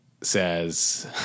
says